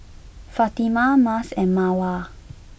Fatimah Mas and Mawar